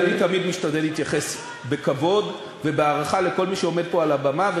גם אני תמיד משתדל להתייחס בכבוד ובהערכה לכל מי שעומד פה על הבמה,